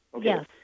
Yes